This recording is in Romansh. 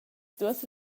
duos